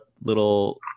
little